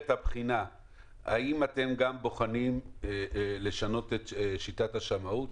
האם אתם גם בוחנים לשנות את שיטת השמאות